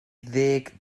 ddeg